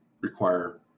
require